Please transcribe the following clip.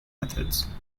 methods